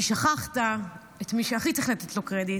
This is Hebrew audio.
כי שכחת את מי שהכי צריך לתת לו קרדיט,